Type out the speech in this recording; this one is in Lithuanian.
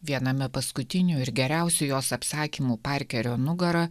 viename paskutinių ir geriausių jos apsakymų parkerio nugara